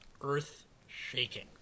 earth-shaking